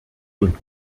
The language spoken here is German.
und